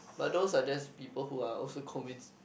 but those are just people who are also convince